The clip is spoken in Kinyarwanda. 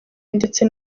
ndetse